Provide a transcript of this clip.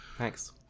Thanks